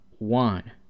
one